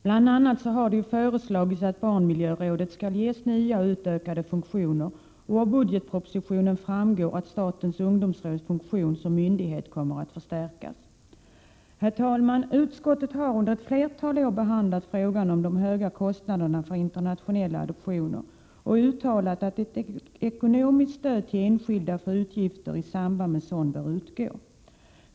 Bl.a. har det föreslagits att barnmiljörådet skall ges nya och utökade funktioner, och av budgetpropositionen framgår att statens ungdomsråds funktion som myndighet kommer att förstärkas. Herr talman! Utskottet har under ett flertal år behandlat frågan om de höga kostnaderna för internationella adoptioner och uttalat att ett ekonomiskt stöd till enskilda för utgifter i samband med sådan bör utgå.